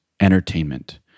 entertainment